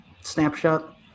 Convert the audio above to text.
snapshot